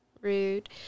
Rude